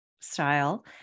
style